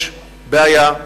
יש בעיה,